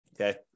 Okay